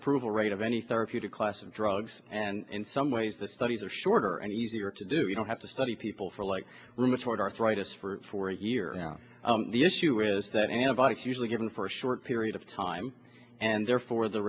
approval rate of any therapeutic class of drugs and in some ways the studies are shorter and easier to do you don't have to study people for like rheumatoid arthritis for a year the issue is that antibodies usually given for a short period of time and there for the